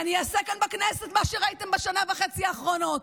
אני אעשה כאן בכנסת מה שראיתם בשנה וחצי האחרונות,